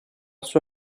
sua